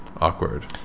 awkward